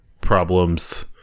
problems